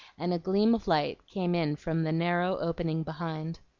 and a gleam of light came in from the narrow opening behind.